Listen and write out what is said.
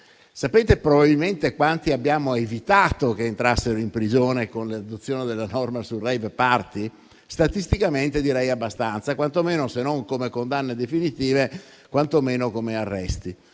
persone probabilmente abbiamo evitato che entrassero in prigione con l'adozione della norma sui *rave party*? Statisticamente abbastanza, se non come condanne definitive, quantomeno come arresti.